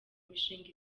mishinga